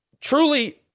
Truly